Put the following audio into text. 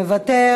מוותר.